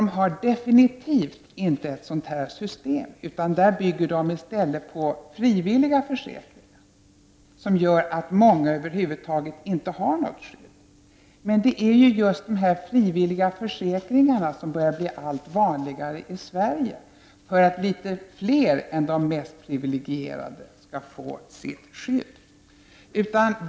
Där har man definitivt inte ett sådant här system, utan där bygger man i stället på frivilliga försäkringar, vilket gör att många över huvud taget inte har något skydd. Det är just dessa frivilliga försäkringar som nu börjar bli allt vanligare i Sverige, vilket kommer sig av att litet fler än de mest privilegierade vill kunna få detta skydd.